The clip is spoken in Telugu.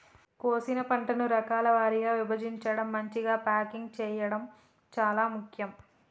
కోసిన పంటను రకాల వారీగా విభజించడం, మంచిగ ప్యాకింగ్ చేయడం చాలా ముఖ్యం